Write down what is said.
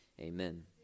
Amen